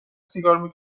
سیگار